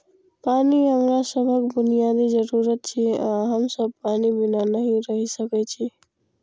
पानि हमरा सभक बुनियादी जरूरत छियै आ हम सब पानि बिना नहि रहि सकै छी